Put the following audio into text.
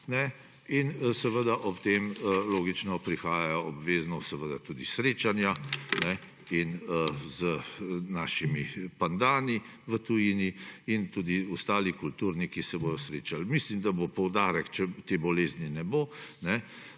Seveda ob tem logično prihaja obvezno tudi do srečanj z našimi pandani v tujini in tudi ostali kulturniki se bodo srečali. Mislim, da bo poudarek, če te bolezni ne bo